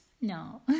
No